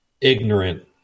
ignorant